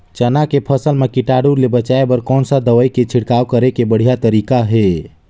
चाना के फसल मा कीटाणु ले बचाय बर कोन सा दवाई के छिड़काव करे के बढ़िया तरीका हे?